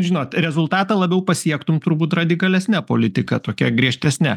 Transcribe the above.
žinot rezultatą labiau pasiektum turbūt radikalesne politika tokia griežtesne